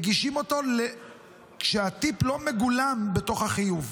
מגישים אותו כשהטיפ לא מגולם בתוך החיוב.